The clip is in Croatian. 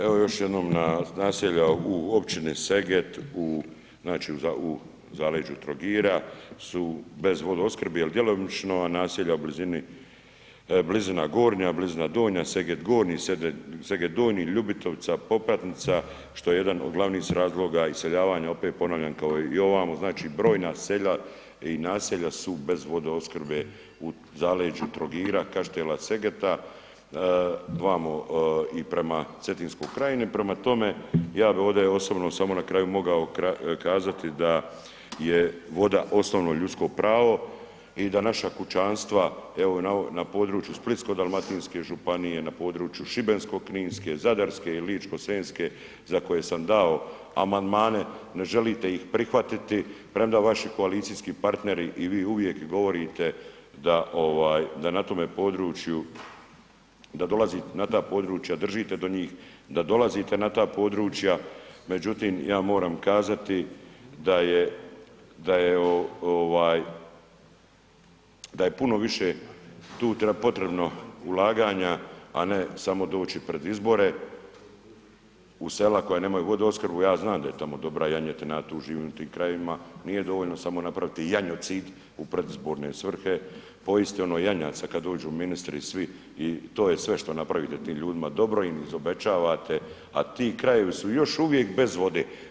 Evo još jednom na, naselja u općini Seget, znači u zaleđu Trogira su bez vodoopskrbe jel djelomično, a naselja u blizini Blizna Gornja, Blizna Donja, Seget Gornji, Seget Donji, Ljubitovica, ... što je jedan od glavnih razloga iseljavanja opet ponavljam kao i ovamo, znači broja sela i naselja su bez vodoopskrbe u zaleđu Trogira, Kaštela, Segeta, vamo i prema Cetinskoj krajini, prema tome, ja bi ovdje osobno samo na kraju mogao kazati da je voda osnovno ljudsko pravo i da naša kućanstva evo na području Splitsko-dalmatinske županije, na području Šibensko-kninske, Zadarske i Ličko-senjske za koje sam dao amandmane, ne želite ih prihvatiti premda vaši koalicijski partneri i vi uvijek govorite da na tome području, da dolazi na ta područja, držite do njih, da dolazite na ta područja, međutim ja moram kazati da je puno više tu potrebno ulaganja a ne samo doći pred izbore u sela koja nemaju vodoopskrbu, ja znam da je tamo dobra janjetina, tu živim u tim krajevima, nije dovoljno samo napraviti janjocid u predizborne svrhe, pojesti ono janjaca kad dođu ministri i svi i to je sve što napravite tim ljudima, dobro im obećavate a ti krajevi su još uvijek bez vode.